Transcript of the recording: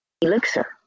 elixir